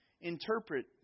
interpret